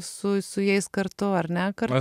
su jais kartu ar ne karą